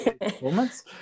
performance